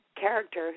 character